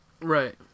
Right